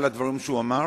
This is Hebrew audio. על הדברים שהוא אמר?